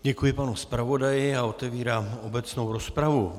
Děkuji panu zpravodaji a otevírám obecnou rozpravu.